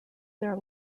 their